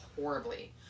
horribly